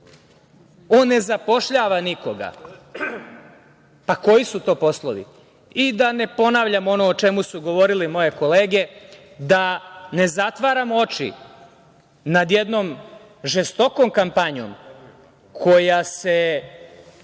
on ne zapošljava nikoga? Pa koji su to poslovi? Da ne ponavljam ono o čemu su govorile moje kolege, da ne zatvaramo oči nad jednom žestokom kampanjom koja se